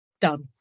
Done